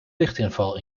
lichtinval